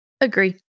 Agree